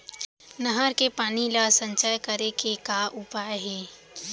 नहर के पानी ला संचय करे के का उपाय हे?